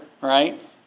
right